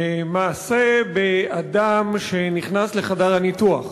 מעשה באדם שנכנס לחדר הניתוח,